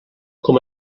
com